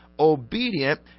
obedient